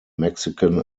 mexican